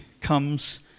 comes